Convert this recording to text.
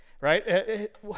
right